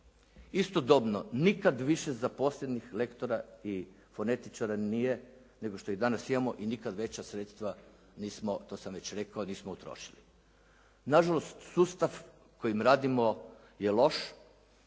Istodobno nikad više zaposlenih lektora i fonetičara nije nego što ih danas imamo i nikad veća sredstva nismo, to sam već rekao, nismo utrošili. Nažalost, sustav kojim radimo je loš